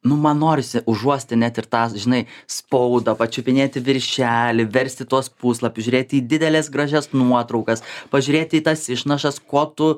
nu man norisi užuosti net ir tą žinai spaudą pačiupinėti viršelį versti tuos puslapius žiūrėti į dideles gražias nuotraukas pažiūrėti į tas išnašas kuo tu